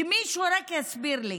שמישהו יסביר לי.